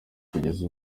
kugeza